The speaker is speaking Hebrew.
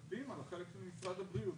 מצביעים על החלק של משרד הבריאות.